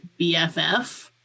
BFF